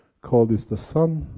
call this the sun,